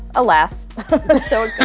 alas but so yeah